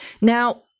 now